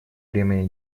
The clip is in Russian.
времени